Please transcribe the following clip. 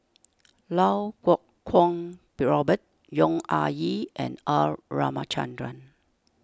Lau Kuo Kwong Robert Yong Ah Kee and R Ramachandran